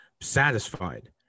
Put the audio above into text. satisfied